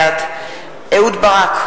בעד אהוד ברק,